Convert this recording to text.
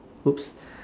!oops!